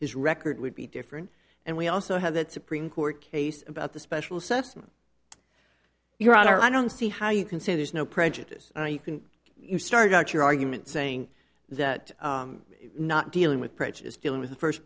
his record would be different and we also have that supreme court case about the special serfs your honor i don't see how you can say there's no prejudice you can you start out your argument saying that not dealing with prejudice dealing with the first